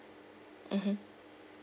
mmhmm